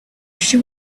she